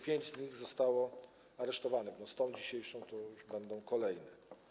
Pięć z nich zostało aresztowanych, z tą dzisiejszą to już będą kolejne.